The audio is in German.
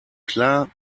klar